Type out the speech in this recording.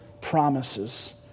promises